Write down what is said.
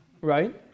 right